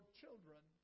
children